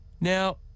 Now